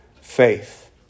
faith